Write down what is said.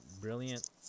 brilliant